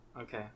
Okay